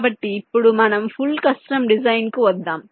కాబట్టి ఇప్పుడు మనం ఫుల్ కస్టమ్ డిజైన్ కు వద్దాం